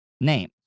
name